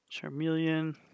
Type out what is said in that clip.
Charmeleon